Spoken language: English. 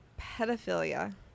pedophilia